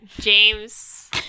James